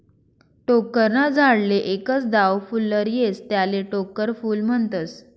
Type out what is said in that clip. टोक्कर ना झाडले एकच दाव फुल्लर येस त्याले टोक्कर फूल म्हनतस